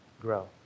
grow